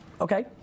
Okay